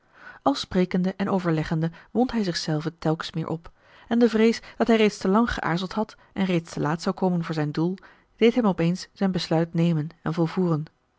al sprekende en overleggende wond hij zich zelven telkens meer op en de vrees dat hij reeds te lang geaarzeld had en reeds te laat zou komen voor zijn doel deed hem op eens zijn besluit nemen en volvoeren